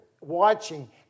watching